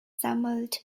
sammelte